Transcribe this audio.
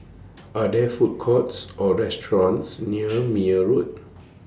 Are There Food Courts Or restaurants near Meyer Road